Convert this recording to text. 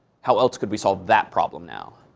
how else could we solve that problem now?